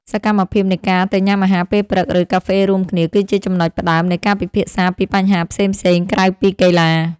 សកម្មភាពនៃការទៅញ៉ាំអាហារពេលព្រឹក ឬកាហ្វេរួមគ្នា គឺជាចំណុចផ្ដើមនៃការពិភាក្សាពីបញ្ហាផ្សេងៗក្រៅពីកីឡា។